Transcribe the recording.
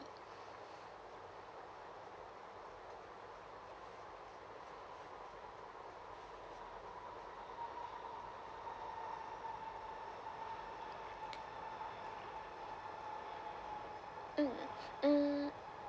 mm hmm